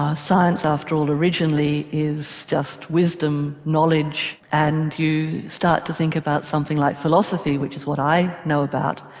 ah science after all originally is just wisdom, knowledge and you start to think about something like philosophy which is what i know about.